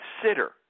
consider